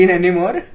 anymore